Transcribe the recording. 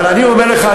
אבל אני אומר לך,